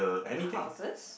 houses